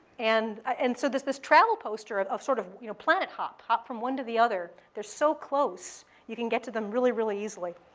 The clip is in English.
and ah and so there's this travel poster of of sort of you know planet hop. hop from one to the other. they're so close you can get to them really, really easily.